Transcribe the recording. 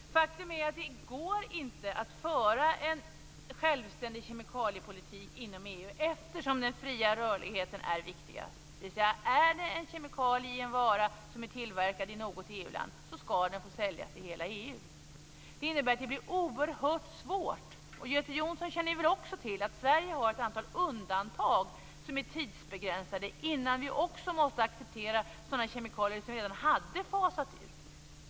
Faktum är att det inte går att föra en självständig kemikaliepolitik inom EU, eftersom den fria rörligheten är viktigast. Om en vara som är tillverkad i något EU-land innehåller en kemikalie, skall varan få säljas i hela EU. Det innebär att miljöarbetet blir oerhört svårt. Göte Jonsson känner väl också till att Sverige har ett antal undantag med en tidsbegränsning, innan vi också måste acceptera sådana kemikalier som redan hade fasats ut.